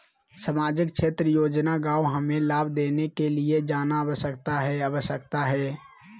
सामाजिक क्षेत्र योजना गांव हमें लाभ लेने के लिए जाना आवश्यकता है आवश्यकता है?